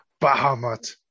Bahamut